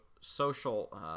social